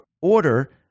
order